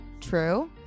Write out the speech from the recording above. True